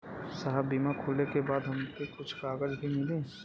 साहब बीमा खुलले के बाद हमके कुछ कागज भी मिली?